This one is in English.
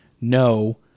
No